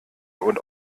und